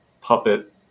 puppet